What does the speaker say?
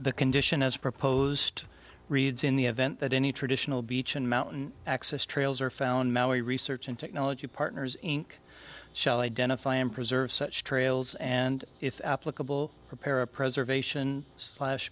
the condition as proposed reads in the event that any traditional beach and mountain access trails are found maui research and technology partners inc shall identify and preserve such trails and if applicable prepare a preservation slash